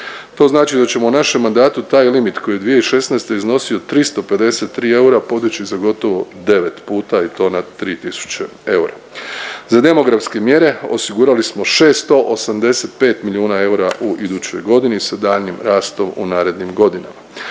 To znači da ćemo u našem mandatu taj limit koji je 2016. iznosio 353 eura podići za gotovo 9 puta i to na 3 tisuće eura. Za demografske mjere osigurali smo 685 milijuna eura u idućoj godini sa daljnjim rastom u narednim godinama.